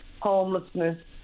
homelessness